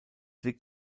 liegt